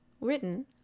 written